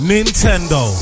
Nintendo